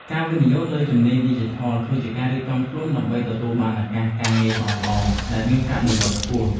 ការវិនិយោគលើការរៀនជំនាញឌីជីថល គឺជាការរៀបចំខ្លួនដើម្បីទទួលបានឱកាសការងារល្អៗដែលមានប្រាក់បៀវត្សរ៍ខ្ពស់។